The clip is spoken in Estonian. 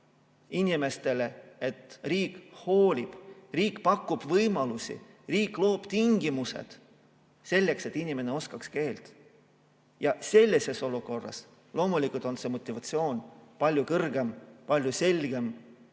inimestele, et riik hoolib, riik pakub võimalusi, riik loob tingimused selleks, et inimene oskaks keelt. Sellises olukorras on see motivatsioon loomulikult palju kõrgem, palju selgem,